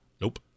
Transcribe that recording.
Nope